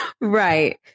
Right